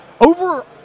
Over